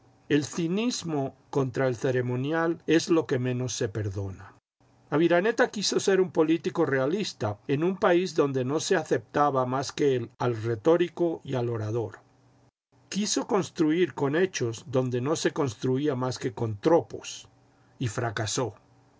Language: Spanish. el cinismo contra el ceremonial es el que menos se perdona aviraneta quiso ser un político realista en un país donde no se aceptaba más que al retórico y al orador quiso construir con hechos donde no se construía más que con tropos y fracasó